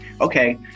okay